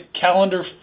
calendar